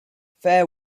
fair